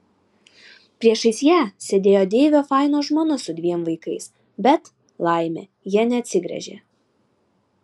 priešais ją sėdėjo deivio faino žmona su dviem vaikais bet laimė jie neatsigręžė